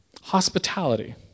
hospitality